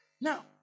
Now